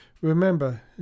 Remember